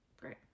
Great